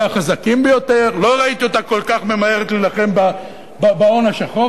החזקים ביותר; לא ראיתי אותה כל כך ממהרת להילחם בהון השחור,